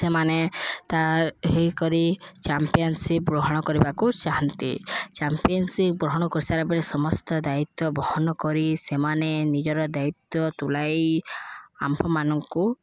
ସେମାନେ ତା ହୋଇକରି ଚମ୍ପିୟନଶିପ୍ ଗ୍ରହଣ କରିବାକୁ ଚାହାଁନ୍ତି ଚମ୍ପିୟନଶିପ୍ ଗ୍ରହଣ କରିସାରିଲା ପରେ ସମସ୍ତ ଦାୟିତ୍ୱ ବହନ କରି ସେମାନେ ନିଜର ଦାୟିତ୍ୱ ତୁଲାଇ ଆମ୍ଭମାନଙ୍କୁ